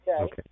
Okay